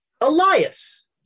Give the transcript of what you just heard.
Elias